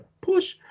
push